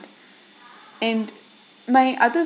and my other